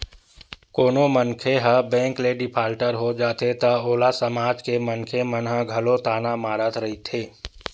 कोनो मनखे ह बेंक ले डिफाल्टर हो जाथे त ओला समाज के मनखे मन ह घलो ताना मारत रहिथे